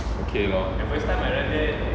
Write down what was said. okay lor